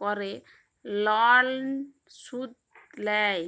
ক্যরে লন শুধ লেই